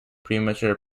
premature